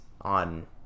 on